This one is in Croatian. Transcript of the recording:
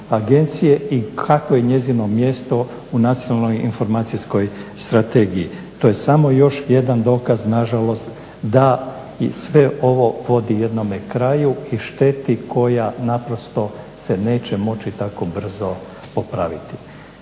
i kakvo je njezino mjesto u Nacionalnoj informacijskoj strategiji. To je samo još jedan dokaz na žalost da sve ovo vodi jednome kraju i šteti koja naprosto se neće moći tako brzo popraviti.